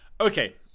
okay